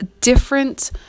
different